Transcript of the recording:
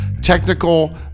technical